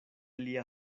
lia